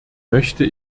möchte